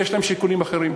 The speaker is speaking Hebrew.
יש להם שיקולים אחרים,